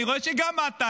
אני רואה שגם את,